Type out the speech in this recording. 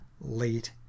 late